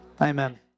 Amen